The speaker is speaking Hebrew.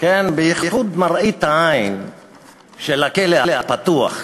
בייחוד מראית העין של הכלא הפתוח,